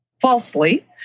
falsely